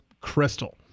Crystal